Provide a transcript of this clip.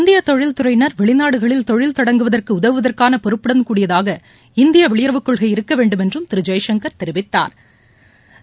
இந்தியதொழில் துறையினர் வெளிநாடுகளில் தொழில் தொடங்குவதற்குஉதவுவதற்கானபொறுப்புடன் கூடியதாக இந்தியவெளியுறவுக் கொள்கை இருக்கவேண்டுமென்றும் திருஜெயசங்கா் தெரிவித்தாா்